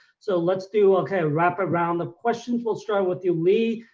so let's do okay a rapid round of questions. we'll start with you lee.